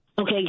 Okay